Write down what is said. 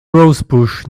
rosebush